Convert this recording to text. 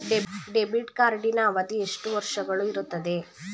Debit ಕಾರ್ಡಿನ ಅವಧಿ ಎಷ್ಟು ವರ್ಷಗಳು ಇರುತ್ತದೆ?